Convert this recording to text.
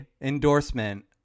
endorsement